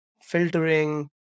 filtering